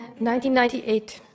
1998